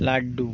laddu